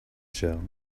shell